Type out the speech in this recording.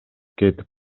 кетип